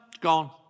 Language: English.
gone